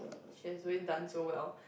she has really done so well